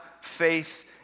faith